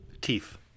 Teeth